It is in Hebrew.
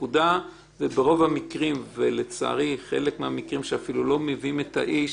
וברוב המקרים - ולצערי חלק מהמקרים שלא מביאים את האיש